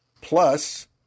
plus